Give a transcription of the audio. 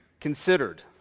considered